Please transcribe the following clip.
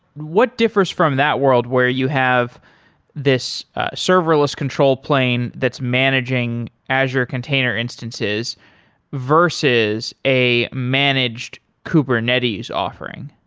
what differs from that world where you have this serverless control plane that's managing azure container instances versus a managed kubernetes offering?